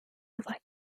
weitz